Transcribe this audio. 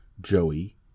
Joey